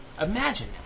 Imagine